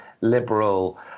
liberal